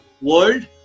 world